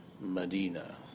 Medina